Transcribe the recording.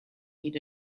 need